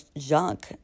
junk